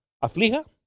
¿Aflija